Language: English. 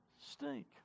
stink